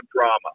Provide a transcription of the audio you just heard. drama